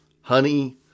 honey